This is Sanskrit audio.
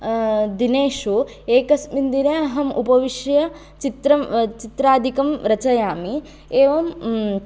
दिनेषु एकस्मिन् दिने अहं उपविश्य चित्रं चित्रादिकं रचयामि एवं